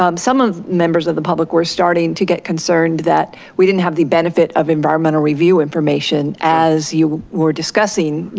um some members of the public were starting to get concerned that we didn't have the benefit of environmental review information as you were discussing,